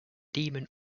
demon